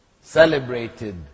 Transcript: celebrated